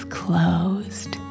closed